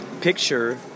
picture